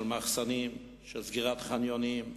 של מחסנים, של סגירת חניונים,